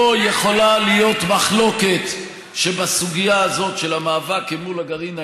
לא יכולה להיות מחלוקת שבסוגיה הזאת של המאבק מול הגרעין האיראני,